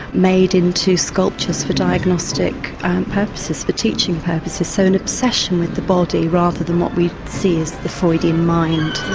made into sculptures for diagnostic purposes, for teaching purposes. so, an obsession with the body rather than what we see as the freudian mind.